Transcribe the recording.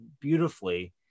beautifully